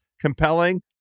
compelling